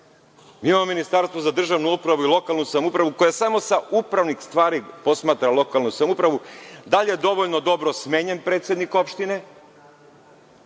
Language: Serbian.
Mi imamo Ministarstvo za državnu upravu i lokalnu samoupravu koje samo sa upravnih stvari posmatra lokalnu samoupravu – da li je dovoljno dobro smenjen predsednik opštine,